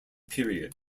period